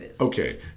okay